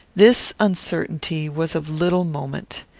this uncertainty was of little moment.